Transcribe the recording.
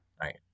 right